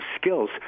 skills